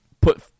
put